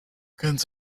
kannst